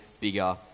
bigger